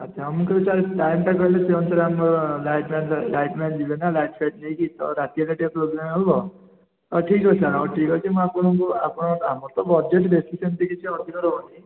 ଆଚ୍ଛା ହଉ ମୁଁ କହିଲି ସାର୍ ଟାଇମ୍ଟା କହିଲେ ସେହି ଅନୁସାରେ ଆମ ଲାଇଟମ୍ୟାନ୍ ଲାଇଟମ୍ୟାନ୍ ଯିବେ ନା ଲାଇଟ୍ ଫାଇଟ୍ ନେଇକି ତ ରାତି ହେଲେ ଟିକେ ପ୍ରୋବ୍ଲେମ ହେବ ହଉ ଠିକ୍ ଅଛି ସାର୍ ହଉ ଠିକ୍ ଅଛି ମୁଁ ଆପଣଙ୍କୁ ଆପଣ ଆମର ତ ବଜେଟ୍ ବେଶି ସେମିତି କିଛି ଅଧିକ ରହୁନି